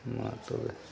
ᱢᱟ ᱛᱚᱵᱮ